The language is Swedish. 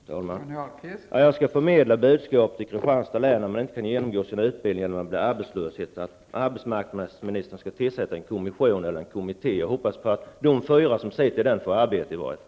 Fru talman! Jag skall förmedla budskapet till Kristianstads län, där man inte kan genomgå sin utbildning när det blir arbetslöshet, att arbetsmarknadsministern skall tillsätta en kommission eller en kommitté. Jag hoppas att i varje fall de fyra som sitter i den kommittén får arbete.